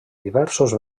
diversos